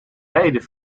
rijden